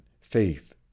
faith